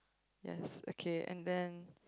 yes okay and then